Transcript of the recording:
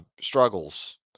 struggles